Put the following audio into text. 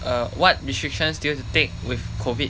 err what restrictions do you take with COVID